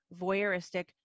voyeuristic